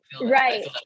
right